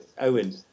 Owen